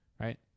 right